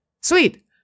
Sweet